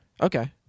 Okay